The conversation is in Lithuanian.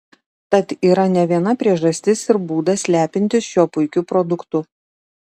tad yra ne viena priežastis ir būdas lepintis šiuo puikiu produktu